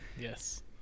Yes